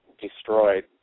destroyed